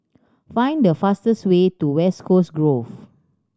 find the fastest way to West Coast Grove